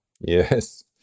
Yes